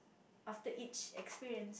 after each experience